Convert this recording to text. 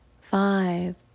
five